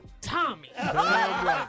Tommy